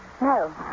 No